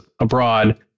abroad